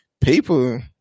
people